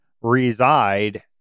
reside